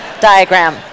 diagram